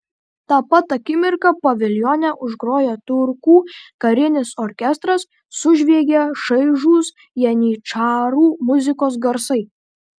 tą pat akimirką paviljone užgroja turkų karinis orkestras sužviegia šaižūs janyčarų muzikos garsai